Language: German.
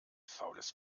faules